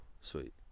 sweet